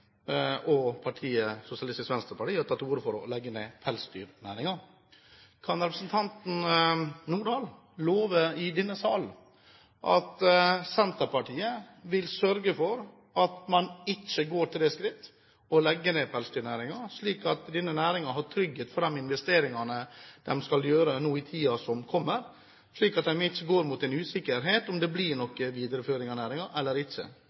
og partiet Sosialistisk Venstreparti har tatt til orde for å legge ned pelsdyrnæringen. Kan representanten Lange Nordahl love i denne sal at Senterpartiet vil sørge for at man ikke går til det skritt å legge ned pelsdyrnæringen, slik at denne næringen har trygghet for de investeringene den skal gjøre i tiden som kommer, og at det ikke er usikkerhet om det blir en videreføring av næringen eller ikke?